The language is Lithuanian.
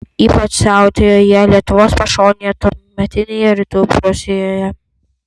ypač siautėjo jie lietuvos pašonėje tuometinėje rytų prūsijoje